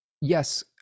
yes